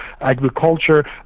agriculture